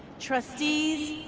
trustees,